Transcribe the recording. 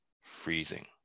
freezing